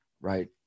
right